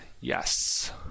yes